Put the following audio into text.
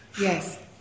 yes